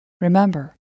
Remember